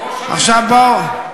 עכשיו, בואו,